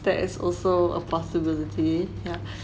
that is also a possibility yeah